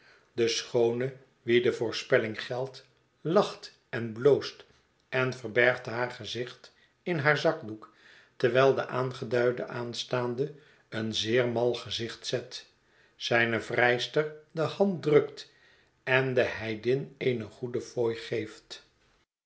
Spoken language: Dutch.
de schoone wie de voorspelling geldt lacht en bloost en verbergt haar gezicht in haar zakdoek terwijl de aangeduide aanstaande een zeer mal gezicht zet zijne vrijster de hand drukt en de heidin eene goede fooi geeft